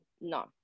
No